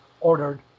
ordered